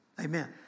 Amen